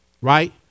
Right